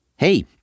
Hey